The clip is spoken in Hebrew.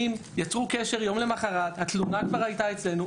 יצרו קשר יום למחרת, התלונה כבר הייתה אצלנו.